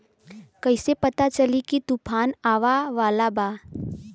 कइसे पता चली की तूफान आवा वाला बा?